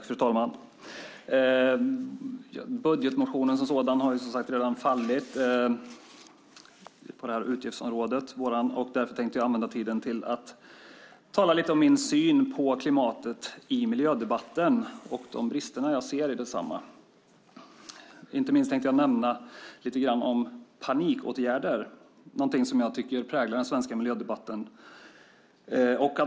Fru talman! Vår budgetmotion på det här utgiftsområdet har redan fallit. Därför tänkte jag använda tiden till att tala lite om min syn på klimatet i miljödebatten och de brister jag ser i detsamma. Inte minst tänker jag nämna lite grann om de panikåtgärder som jag tycker präglar den svenska miljödebatten.